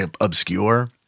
obscure